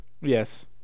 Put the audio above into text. yes